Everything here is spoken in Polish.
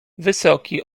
wysoki